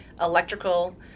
electrical